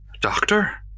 Doctor